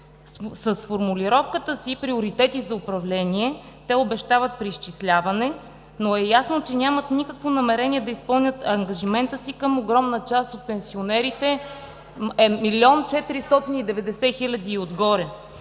С формулировката си „Приоритети за управление“ те обещават преизчисляване, но е ясно, че нямат никакво намерение да изпълнят ангажимента си към огромна част от пенсионерите – 1 милион 490 хиляди и отгоре.